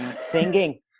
Singing